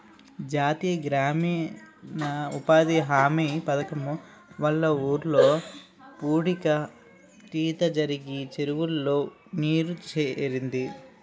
జాతీయ గ్రామీణ ఉపాధి హామీ పధకము వల్ల ఊర్లో పూడిక తీత జరిగి చెరువులో నీరు సేరింది